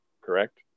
correct